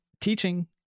teaching